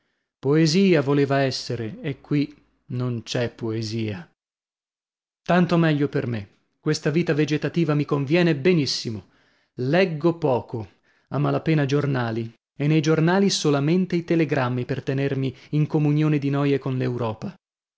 poesia voleva essere e qui non c'è poesia tanto meglio per me questa vita vegetativa mi conviene benissimo leggo poco a mala pena giornali e nei giornali solamente i telegrammi per tenermi in comunione di noie con